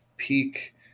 Peak